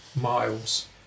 Miles